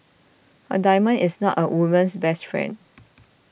a diamond is not a woman's best friend